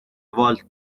والت